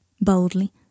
boldly